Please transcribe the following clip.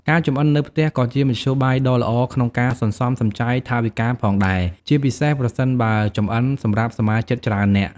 ការចម្អិននៅផ្ទះក៏ជាមធ្យោបាយដ៏ល្អក្នុងការ សន្សំសំចៃ ថវិកាផងដែរ ជាពិសេសប្រសិនបើចម្អិនសម្រាប់សមាជិកច្រើននាក់។